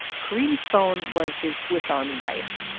karim's phone was his swiss army knife.